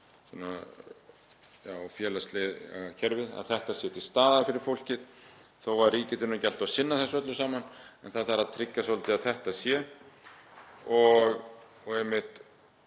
og félagslega kerfið, að þetta sé til staðar fyrir fólkið þó að ríkið þurfi ekki alltaf að sinna þessu öllu saman. En það þarf að tryggja svolítið að þetta sé. Við